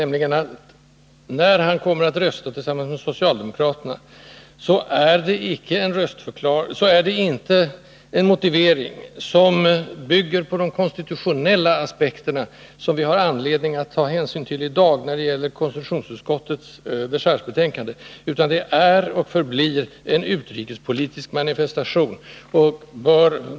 Motivet för honom att rösta tillsamman med socialdemokraterna är inte de konstitutionella aspekter som vi skall anlägga i dag när det gäller konstitutionsutskottets dechargebetänkande — det är och förblir en utrikespolitisk manifestation.